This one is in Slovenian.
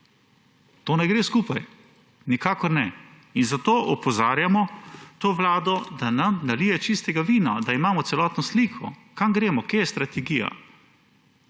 To ne gre skupaj, nikakor ne. Zato opozarjamo to vlado, da nam nalije čistega vina, da imamo celotno sliko, kam gremo, kje je strategija.